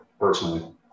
personally